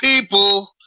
people